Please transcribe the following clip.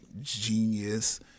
genius